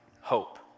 hope